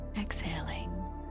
exhaling